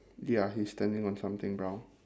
ya he is standing on something brown